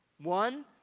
One